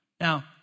Now